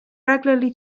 regularly